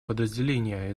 подразделение